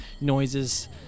noises